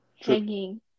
hanging